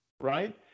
Right